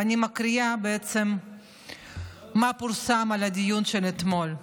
ואני מקריאה בעצם מה פורסם על הדיון של אתמול: